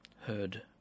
Heard